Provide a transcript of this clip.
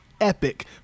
epic